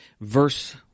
verse